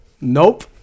Nope